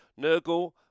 Nurgle